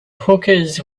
hookahs